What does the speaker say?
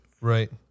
Right